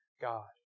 God